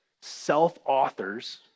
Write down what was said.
self-authors